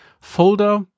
folder